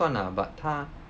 不算 lah but 她